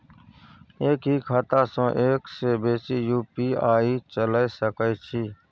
एक ही खाता सं एक से बेसी यु.पी.आई चलय सके छि?